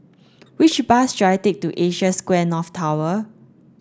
which bus should I take to Asia Square North Tower